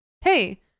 hey